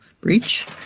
breach